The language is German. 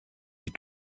die